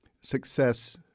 success